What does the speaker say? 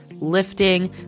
Lifting